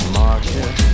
market